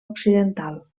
occidental